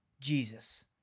Jesus